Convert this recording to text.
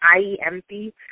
IEMP